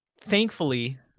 thankfully